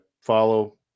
follow